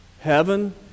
heaven